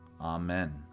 Amen